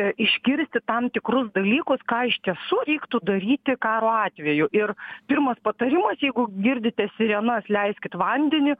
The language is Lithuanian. išgirsti tam tikrus dalykus ką iš tiesų reiktų daryti karo atveju ir pirmas patarimas jeigu girdite sirenas leiskit vandenį